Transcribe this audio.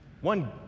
one